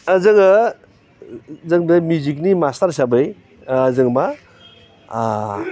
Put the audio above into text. जोङो जोंबो मिउजिकनि मास्टार हिसाबै जों मा